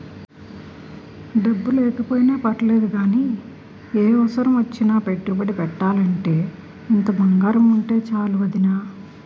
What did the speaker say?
డబ్బు లేకపోయినా పర్లేదు గానీ, ఏ అవసరమొచ్చినా పెట్టుబడి పెట్టాలంటే ఇంత బంగారముంటే చాలు వొదినా